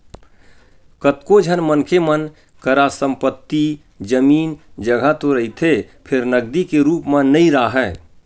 कतको झन मनखे मन करा संपत्ति, जमीन, जघा तो रहिथे फेर नगदी के रुप म नइ राहय